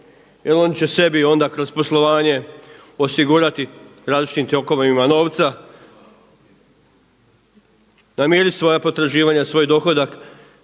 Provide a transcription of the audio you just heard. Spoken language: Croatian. jer oni će sebi onda kroz poslovanje osigurati različitim tokovima novca, namirit svoja potraživanja, svoj dohodak,